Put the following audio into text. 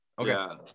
okay